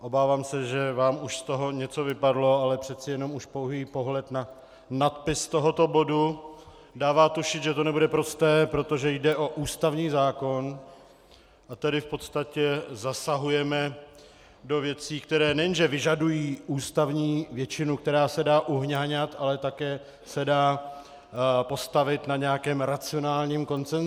Obávám se, že vám už z toho něco vypadlo, ale přece jenom už pouhý pohled na nadpis tohoto bodu dává tušit, že to nebude prosté, protože jde o ústavní zákon, a tedy v podstatě zasahujeme do věcí, které nejen že vyžadují ústavní většinu, která se dá uhňahňat, ale také se dá postavit na nějakém racionálním konsenzu.